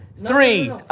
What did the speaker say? Three